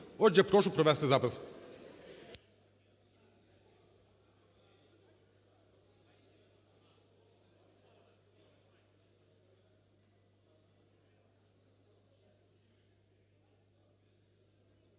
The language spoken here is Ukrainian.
Отже, прошу провести запис.